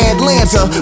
Atlanta